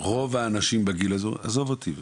רוב האנשים בגיל הזה אומרים עזוב אותי,